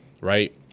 Right